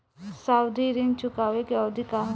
सावधि ऋण चुकावे के अवधि का ह?